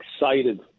excited